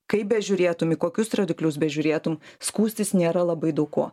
kaip bežiūrėtum į kokius rodiklius bežiūrėtum skųstis nėra labai daug kuo